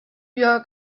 wir